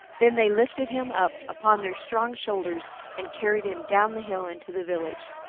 then they lifted him up upon their strong shoulders and carried him down the hill into the village.